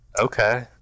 Okay